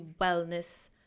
wellness